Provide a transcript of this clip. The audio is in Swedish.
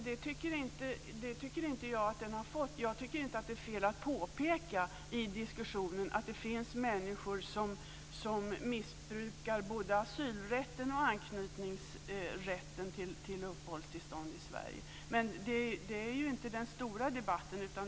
Fru talman! Det tycker jag inte heller att det har fått. Jag tycker inte att det är fel att påpeka i diskussionen att det finns människor som missbrukar både asylrätten och anknytningsrätten när det gäller uppehållstillstånd i Sverige. Det är dock inte den stora debatten.